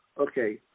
okay